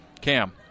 Cam